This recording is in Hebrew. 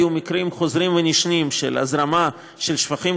היו מקרים חוזרים ונשנים של הזרמת שפכים